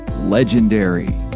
legendary